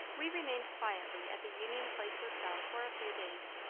we remained quietly at the union place hotel for a few days.